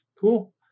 cool